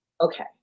Okay